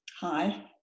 Hi